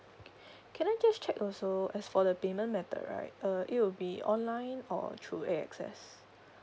can I just check also as for the payment method right uh it will be online or through A access